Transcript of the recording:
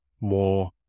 more